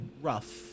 rough